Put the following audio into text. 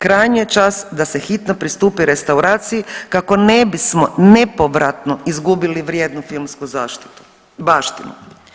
Krajnji je čas da se hitno pristupi restauraciji kako ne bismo nepovratno izgubili vrijednu filmsku baštinu.